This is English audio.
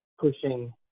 pushing